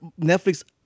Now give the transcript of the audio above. Netflix